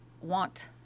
want